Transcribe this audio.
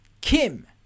Kim